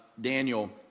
Daniel